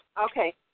Okay